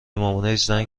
مامانش، زنگ